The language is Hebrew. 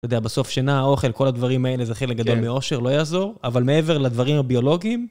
אתה יודע, בסוף שינה, האוכל, כל הדברים האלה, זה חלק גדול מאושר, לא יעזור. אבל מעבר לדברים הביולוגיים...